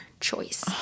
choice